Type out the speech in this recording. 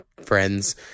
friends